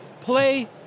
play